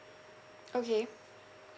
okay